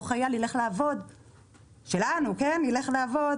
אותו חייל שלנו ילך לעבוד